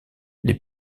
les